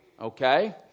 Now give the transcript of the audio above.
okay